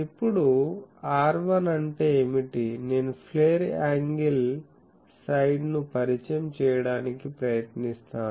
ఇప్పుడు R1 అంటే ఏమిటి నేను ఫ్లేర్ యాంగిల్ సైడ్ను పరిచయం చేయడానికి ప్రయత్నిస్తాను